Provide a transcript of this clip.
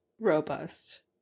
robust